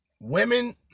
Women